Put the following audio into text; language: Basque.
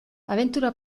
abentura